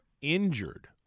injured